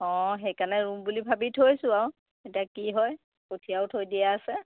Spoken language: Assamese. অঁ সেইকাৰণে ৰুম বুলি ভাবি থৈছোঁ আৰু এতিয়া কি হয় কঠীয়াও থৈ দিয়া আছে